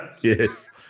Yes